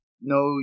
no